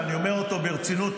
ואני אומר אותו ברצינות,